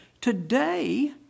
Today